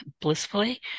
blissfully